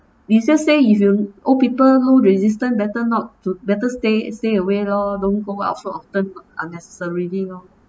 you just say if you old people low resistance better not to better stay stay away lor don't go out so often mah unnecessarily lor